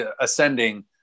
ascending